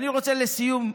אני רוצה, לסיום,